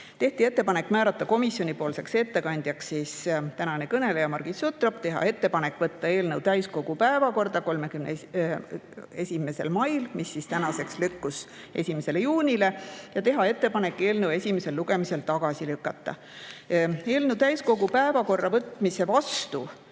Tehti ettepanek määrata komisjoni ettekandjaks tänane kõneleja Margit Sutrop, teha ettepanek võtta eelnõu täiskogu päevakorda 31. mail, mis lükkus tänaseks, 1. juunile, ja teha ettepanek eelnõu esimesel lugemisel tagasi lükata. Eelnõu täiskogu päevakorda võtmise vastu